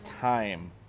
time